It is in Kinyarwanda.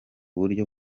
buryo